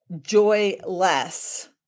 joyless